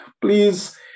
please